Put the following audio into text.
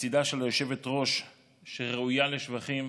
לצידה של היושבת-ראש הראויה לשבחים,